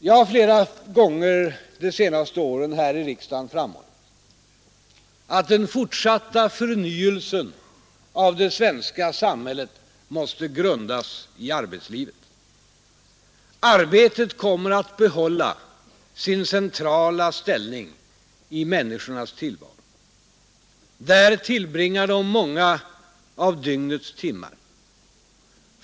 Jag har flera gånger de senaste åren häri riksdagen framhållit, att den fortsatta förnyelsen av det svenska samhället måste grundas i arbetslivet. Arbetet kommer att behålla sin centrala ställning i människornas tillvaro. Där tillbringar man många av dygnets timmar.